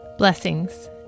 Blessings